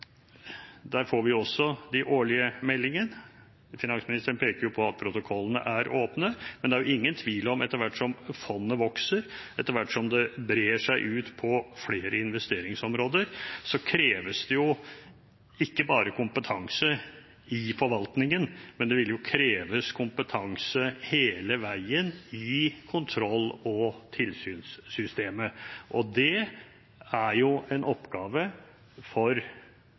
Der får vi også de årlige meldingene – finansministeren peker på at protokollene er åpne. Men det er ingen tvil om at etter hvert som fondet vokser, etter hvert som det brer seg ut på flere investeringsområder, kreves det ikke bare kompetanse i forvaltningen, men det vil jo kreves kompetanse hele veien i kontroll- og tilsynssystemet. Det er en oppgave for